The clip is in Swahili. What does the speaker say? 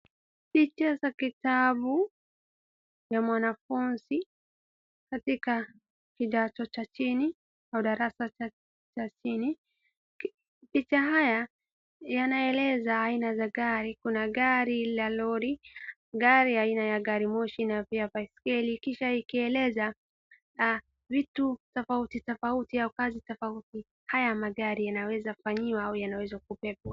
Picha za kitabu cha mwanafunzi hakika kidato cha chini au darasa la chini. Picha hizi zinaeleza aina za gari, kuna gari la lori, gari aina ya gari moshi na pia baiskeli kisha ikieleza vitu tofautitofauti ambazo haya magari yanaweza fanyiwa ama yanaweza kubeba.